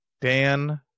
Dan